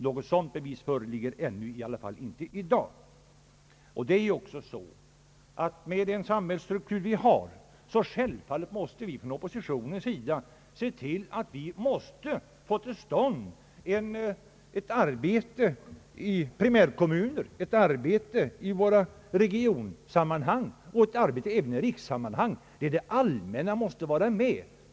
Något sådant bevis föreligger i varje fall ännu inte i dag. Med «nuvarande =<:sambhällsstruktur måste självfallet vi inom oppositionen se till att vi får till stånd ett arbete i primärkommuner, ett arbete i regionssammanhang och ett arbete även i rikssammanhang där det allmänna måste vara med.